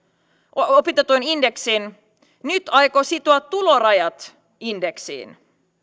opintotuen indeksin nyt aikoo sitoa tulorajat indeksiin